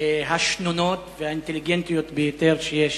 השנונות והאינטליגנטיות ביותר שיש